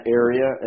area